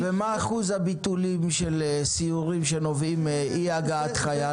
מה אחוז הביטולים של סיורים שנובעים מאי הגעת חייל?